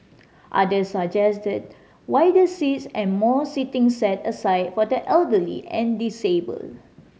others suggested wider seats and more seating set aside for the elderly and disabled